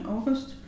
August